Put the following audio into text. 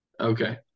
Okay